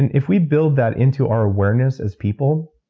and if we build that into our awareness as people,